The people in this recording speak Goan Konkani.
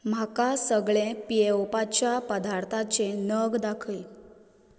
म्हाका सगळे पियेवपाच्या पदार्थांचे नग दाखय